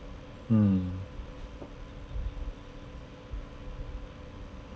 mm